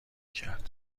کرد